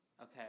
Okay